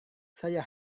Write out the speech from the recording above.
saya